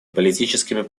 политическими